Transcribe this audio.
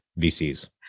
VCs